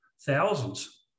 thousands